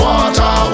Water